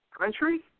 Country